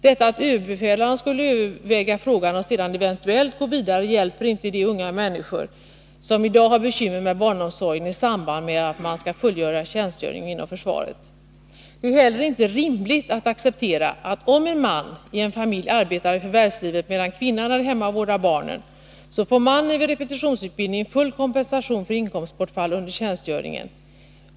Detta att överbefälhavaren skall överväga frågan och sedan eventuellt gå vidare hjälper inte de unga människor som i dag har bekymmer med barnomsorgen i samband med att man skall fullgöra tjänstgöring inom försvaret. Det är heller inte rimligt att acceptera, att om en man i en familj arbetar i förvärvslivet medan kvinnan är hemma och vårdar barnen, så får mannen vid repetitionsutbildning full kompensation för inkomstbortfall under tjänstgöring.